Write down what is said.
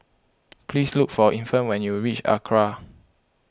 please look for Infant when you reach Acra